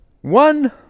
One